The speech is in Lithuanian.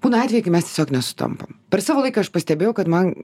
būna atvejų kai mes tiesiog nesutampam per savo laiką aš pastebėjau kad man